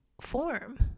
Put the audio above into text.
form